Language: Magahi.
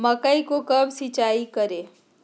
मकई को कब सिंचाई करे?